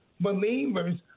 believers